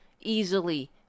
easily